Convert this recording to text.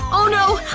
oh no!